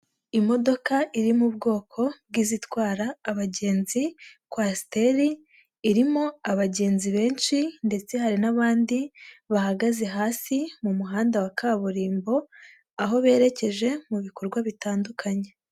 Imodoka iri mu bwoko bw'izitwara abagenzi kwasiteri, irimo abagenzi benshi ndetse hari n'abandi bahagaze hasi mu muhanda wa kaburimbo, aho berekeje mu bikorwa bitandukanye.